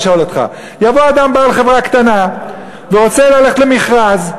אני שואל אותך: אדם בעל חברה קטנה רוצה ללכת למכרז.